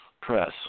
press